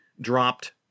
dropped